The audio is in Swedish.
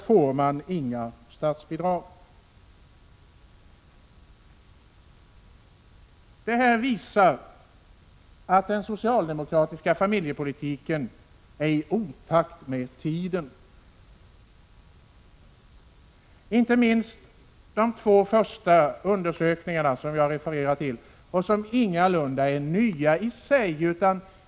Utskottsmajoriteten har nu anslutit sig till det förslaget. Det visar att den socialdemokratiska familjepolitiken är i otakt med tiden. Det framgår inte minst av de två undersökningar som jag har refererat till. Det är ingalunda något nytt.